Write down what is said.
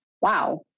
wow